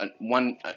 one